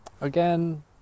again